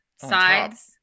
sides